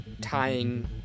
tying